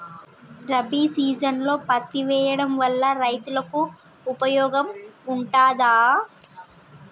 రబీ సీజన్లో పత్తి వేయడం వల్ల రైతులకు ఉపయోగం ఉంటదా?